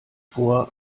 vor